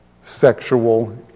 sexual